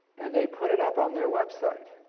and they put it up on their website.